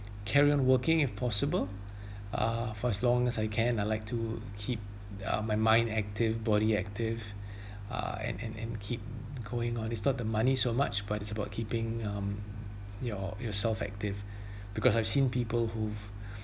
carry on working if possible uh for as long as I can I'd like to keep uh my mind active body active uh and and and keep going on it's not the money so much but it's about keeping um your yourself active because I've seen people who